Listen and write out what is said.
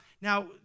Now